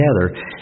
together